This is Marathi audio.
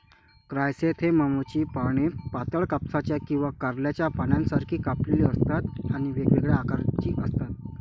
क्रायसॅन्थेममची पाने पातळ, कापसाच्या किंवा कारल्याच्या पानांसारखी कापलेली असतात आणि वेगवेगळ्या आकाराची असतात